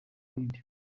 nibindi